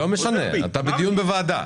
לא משנה, אתה בדיון בוועדה.